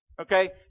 Okay